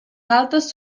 galtes